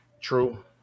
True